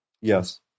Yes